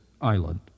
island